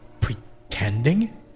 Pretending